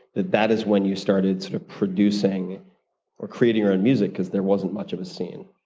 that that is when you started sort of producing or creating your own music because there wasn't much of a scene.